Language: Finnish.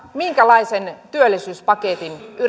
minkälaisen työllisyyspaketin